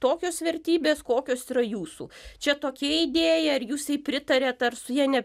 tokios vertybės kokios yra jūsų čia tokia idėja ar jūs jai pritariat ar su ja ne